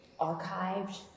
archived